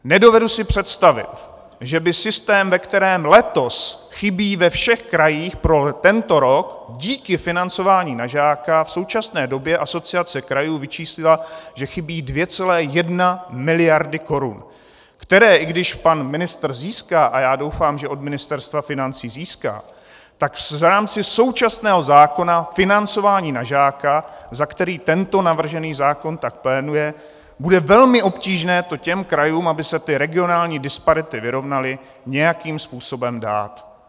Nedovedu si představit, že by systém, ve kterém letos chybí ve všech krajích pro tento rok díky financování na žáka v současné době Asociace krajů vyčíslila, že chybí 2,1 mld. korun, které i když pan ministr získá, a já doufám, že od Ministerstva financí získá, tak v rámci současného zákona financování na žáka, za který tento navržený zákon tak pléduje, bude velmi obtížné to těm krajům, aby se ty regionální disparity vyrovnaly, nějakým způsobem dát.